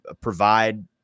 provide